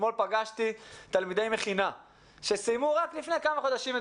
אתמול פגשתי תלמידי מכינה שסיימו כיתה י"ב לפני כמה חודשים.